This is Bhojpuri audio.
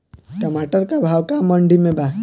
टमाटर का भाव बा मंडी मे?